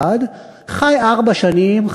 חי ארבע שנים,